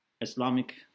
Islamic